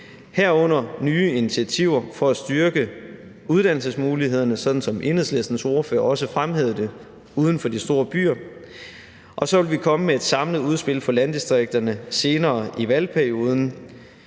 herunder nye initiativer for at styrke uddannelsesmulighederne, sådan som Enhedslistens ordfører også fremhævede det, uden for de store byer. Og så vil vi komme med et samlet udspil for landdistrikterne senere i valgperioden.